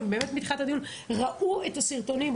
ראינו את הסרטונים,